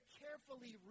carefully